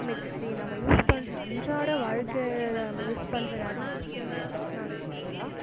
mixie நம்ம use பண்ற அன்றாட வாழ்க்கையில் நம்ம யூஸ் பண்ற நிறைய விஷயங்கள் டெக்னாலஜி இதுமாதிரி தான்